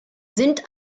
sind